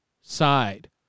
side